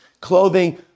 Clothing